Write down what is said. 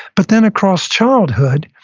but then across childhood,